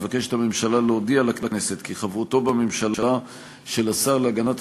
מבקשת הממשלה להודיע לכנסת כי חברותו בממשלה של השר להגנת